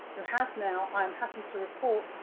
who has now, i am happy to report,